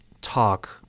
talk